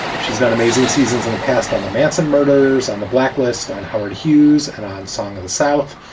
she's done amazing seasons in the past on the manson murders, on the blacklist, on howard hughes and on song of the south.